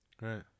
Right